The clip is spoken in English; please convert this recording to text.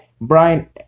brian